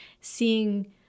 seeing